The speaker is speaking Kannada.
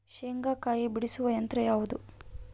ಶೇಂಗಾಕಾಯಿ ಬಿಡಿಸುವ ಯಂತ್ರ ಯಾವುದು?